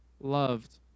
loved